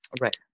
Right